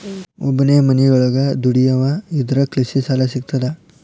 ಒಬ್ಬನೇ ಮನಿಯೊಳಗ ದುಡಿಯುವಾ ಇದ್ರ ಕೃಷಿ ಸಾಲಾ ಸಿಗ್ತದಾ?